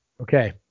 Okay